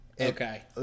Okay